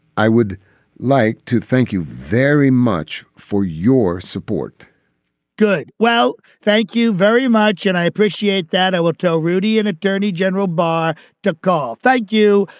i would like to thank you very much for your support good. well, thank you very much. and i appreciate that. i will tell rudi and attorney general barr to call. thank you.